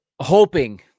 hoping